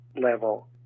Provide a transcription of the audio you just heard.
level